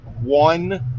one